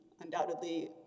Undoubtedly